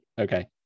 okay